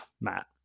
matt